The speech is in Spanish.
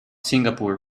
singapore